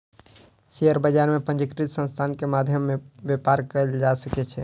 share बजार में पंजीकृत संतान के मध्य में व्यापार कयल जा सकै छै